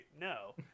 No